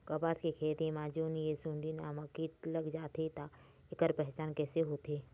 कपास के खेती मा जोन ये सुंडी नामक कीट लग जाथे ता ऐकर पहचान कैसे होथे?